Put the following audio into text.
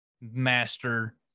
master